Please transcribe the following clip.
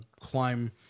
climb